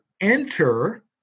enter